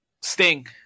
Sting